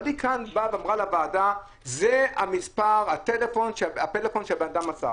אבל היא כאן אמרה לוועדה: זה מס' הפלאפון שהבן אדם מסר.